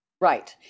Right